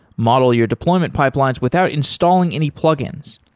model your deployment pipelines without installing any plugins.